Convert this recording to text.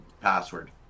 password